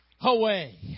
away